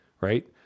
right